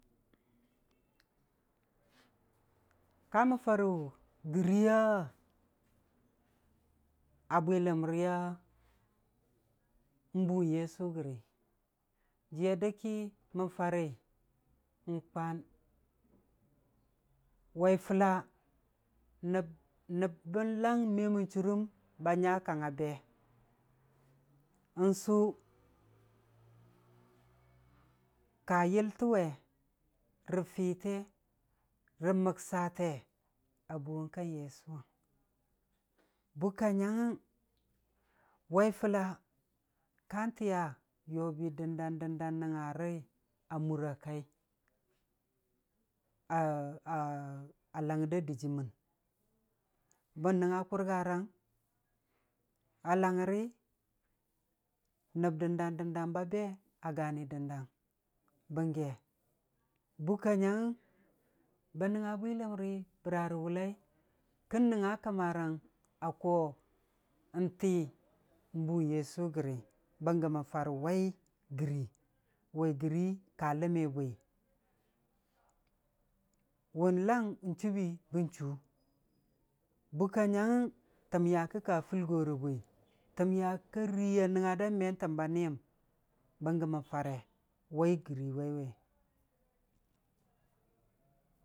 Kamən fare gɨriiya a bwiləm riya n'buu yesʊ gəri, jiiya dəg ki mən fari, n'kwan, wai fəlla nəb- nəb bən lang me mən chuurɨm, ba nya kang a be, n'suu, ka yəltə we, rə fite, rə maksate, a buuwong ka yesʊwʊng. Bukka nyangngəng, wai fəlla kaan tiya rə yobi dəndang dəndang n'nəngugari a mura kai langugər da dɨjiimər Bən nəngnga kʊrgarang a langngər nəb dəndang dəndang ba be a gani dəndang, bəngge. Bukka nyangngəng, bən nəngnga busiləmri bəra rə wʊllai, kən nəngnga kəmarang a koo n'ti n'buu yesʊ gəri, bənggə mən farə wai gɨrii, wai gɨrii ka ləmmi bwi, wʊn lang wchuubii bən chuu. Bukka nyangngəng, təm nya ki ka fulgorə bwi, təm nya ka rii da me təm ba niyəm bənggə mən farə wai gɨrii waiwe.